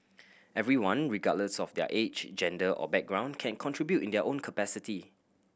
everyone regardless of their age gender or background can contribute in their own capacity